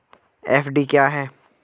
FD क्या है?